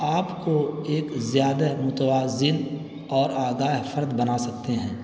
آپ کو ایک زیادہ متوازن اور آگاہ فرد بنا سکتے ہیں